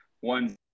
One